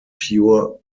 pure